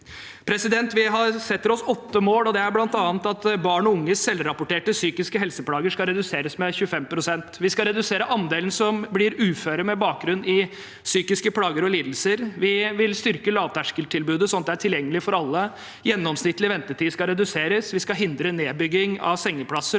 lidelser. Vi setter oss åtte mål. Det er bl.a. at barn og unges selvrapporterte psykiske helseplager skal reduseres med 25 pst. Vi skal redusere andelen som blir ufør med bakgrunn i psykiske plager og lidelser. Vi vil styrke lavterskeltilbudet, sånn at det er tilgjengelig for alle. Gjennomsnittlig ventetid skal reduseres. Vi skal hindre nedbygging av sengeplasser